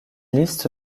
liste